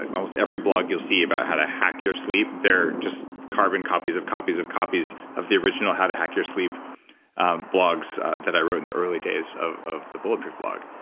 almost every blog you'll see about how to hack your sleep, they're just carbon copies of copies of copies of the original how to hack your sleep blogs that i wrote in the early days of of the bulletproof blog.